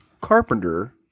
Carpenter